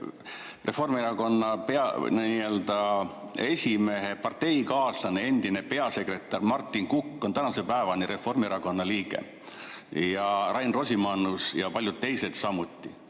Reformierakonna esimehe parteikaaslane, endine peasekretär Martin Kukk on tänase päevani Reformierakonna liige ja Rain Rosimannus ja paljud teised samuti.